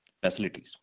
facilities